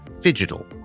digital